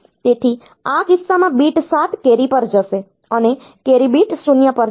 તેથી આ કિસ્સામાં બીટ 7 કેરી પર જશે અને કેરી બીટ 0 પર જશે